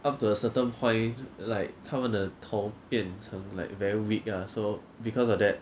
up to a certain point like 他们的头变成 like very weak ah so because of that